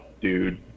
dude